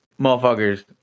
motherfuckers